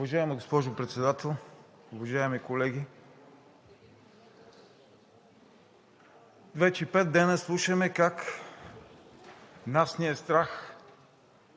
Уважаема госпожо Председател, уважаеми колеги! Вече пет дена слушаме как нас ни е страх